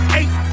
eight